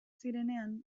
zirenean